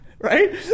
right